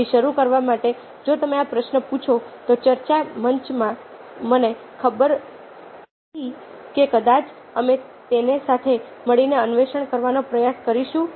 તેથી શરૂ કરવા માટે જો તમે આ પ્રશ્ન પૂછો તો ચર્ચા મંચમાં મને ખરેખર ખબર નથી કદાચ અમે તેને સાથે મળીને અન્વેષણ કરવાનો પ્રયાસ કરીશું